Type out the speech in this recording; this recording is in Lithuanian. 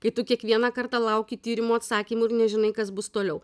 kai tu kiekvieną kartą lauki tyrimų atsakymų ir nežinai kas bus toliau